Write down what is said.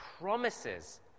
promises